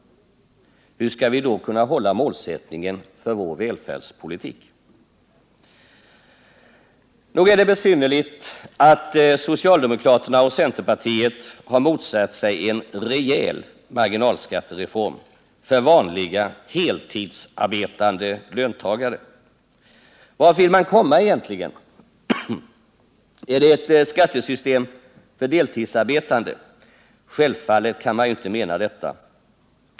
Hur skall vi då kunna hålla målsättningen för vår välfärdspolitik? Nog är det besynnerligt att socialdemokraterna och centerpartiet har motsatt sig en rejäl marginalskattereform för vanliga heltidsarbetande löntagare. Vart vill man komma egentligen? Är det ett skattesystem för deltidsarbetande? Självfallet kan man inte mena detta.